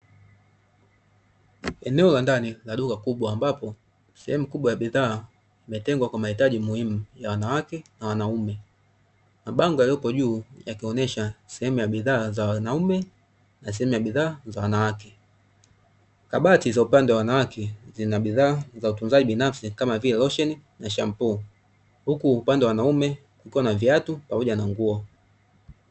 Eneo la ndani la duka kubwa ambapo sehemu kubwa ya bidhaa imetengwa kwa mahitaji muhimu ya wanawake na wanaume. Mabango yaliyoko juu yakionesha sehemu ya bidhaa za wanaume na sehemu ya bidhaa za wanawake. Kabati za upande wa wanawake zina bidhaa za utunzaji binafsi kama vile losheni na shampuu, huku upande wa wanaume kukiwa na viatu pamoja na nguo.